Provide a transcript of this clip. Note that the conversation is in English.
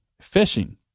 fishing